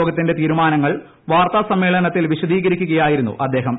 യോഗത്തിന്റെ തീരുമാനങ്ങൾ വാർത്താസമ്മേളനത്തിൽ വിശദീകരിക്കുകയായിരുന്നു അദ്ദേഹം